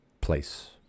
place